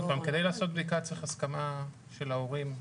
עוד פעם, כדי לעשות בדיקה צריך הסכמה של ההורים.